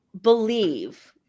believe